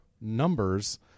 numbers